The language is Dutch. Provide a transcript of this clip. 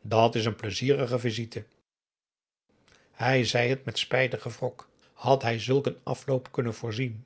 dat is een pleizierige visite p a daum hoe hij raad van indië werd onder ps maurits hij zei het met spijtigen wrok had hij zulk een afloop kunnen voorzien